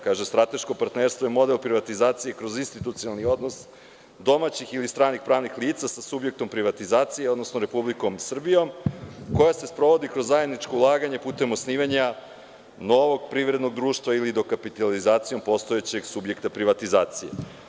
Kaže – strateško partnerstvo je model privatizaciji kroz istitucionalni odnos domaćih ili stranih lica sa subjektom privatizacije, odnosno Republikom Srbijom koja se sprovodi kroz zajedničko ulaganje putem osnivanja novog privrednog društva ili dokapitalizacijom postojećeg subjekta privatizacije.